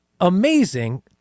amazing